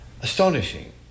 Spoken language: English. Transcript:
Astonishing